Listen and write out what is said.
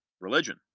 religion